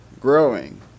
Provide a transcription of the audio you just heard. growing